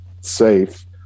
safe